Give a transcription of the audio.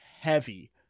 heavy